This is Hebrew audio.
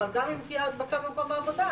אבל גם אם תהיה הדבקה במקום עבודה,